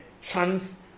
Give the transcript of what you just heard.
chance